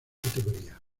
categoría